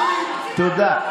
תודה.